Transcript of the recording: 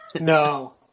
No